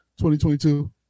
2022